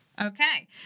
Okay